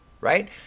right